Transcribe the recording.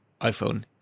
iPhone